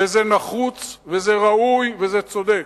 וזה נחוץ, וזה ראוי, וזה צודק,